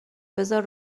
بذار